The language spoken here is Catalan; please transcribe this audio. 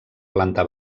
planta